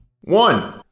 One